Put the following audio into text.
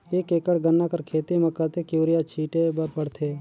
एक एकड़ गन्ना कर खेती म कतेक युरिया छिंटे बर पड़थे?